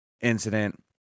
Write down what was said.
incident